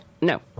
No